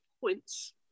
points